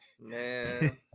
Man